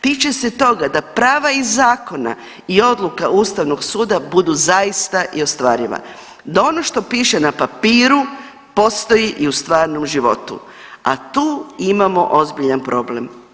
Tiče se toga da prava iz zakona i odluka Ustavnog suda budu zaista i ostvariva, da ono što piše na papiru postoji i u stvarnom životu, a tu imamo ozbiljan problem.